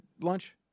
lunch